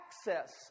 access